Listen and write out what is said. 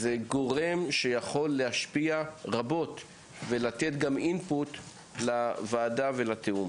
זה גורם שיכול להשפיע רבות ולתת גם אינפוט לוועדה ולתיאום.